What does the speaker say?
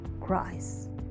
Christ